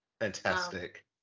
Fantastic